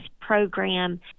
program